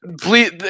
Please